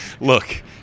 Look